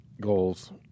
goals